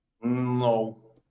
No